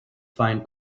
find